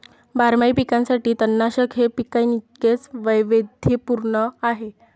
बारमाही पिकांसाठी तणनाशक हे पिकांइतकेच वैविध्यपूर्ण आहे